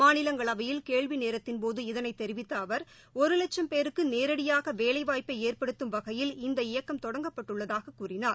மாநிலங்களவையில் கேள்விநேரத்தின்போது இதனை தெரிவித்த அவர் ஒரு லட்சம் பேருக்கு நேரடியாக வேலை வாய்ப்பை ஏற்படுத்தும் வகையில் இந்த இயக்கம் தொடங்கப்பட்டுள்ளதாக கூறினார்